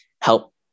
help